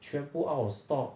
全部 out of stock